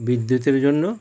বিদ্যুতের জন্য